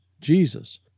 Jesus